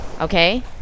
Okay